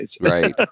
Right